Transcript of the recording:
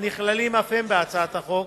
הנכללים אף הם בהצעת החוק,